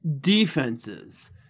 defenses